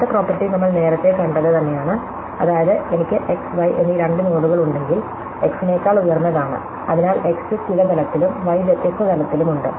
അടുത്ത പ്രോപ്പർട്ടി നമ്മൾ നേരത്തെ കണ്ടത് തന്നെയാണ് അതായത് എനിക്ക് x y എന്നീ രണ്ട് നോഡുകൾ ഉണ്ടെങ്കിൽ x നെക്കാൾ ഉയർന്നതാണ് അതിനാൽ x ചില തലത്തിലും y വ്യത്യസ്ത തലത്തിലും ഉണ്ട്